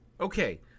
Okay